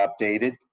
updated